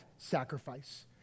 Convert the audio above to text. sacrifice